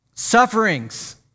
sufferings